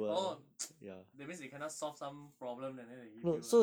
orh that means they cannot solve some problem and then they give you lah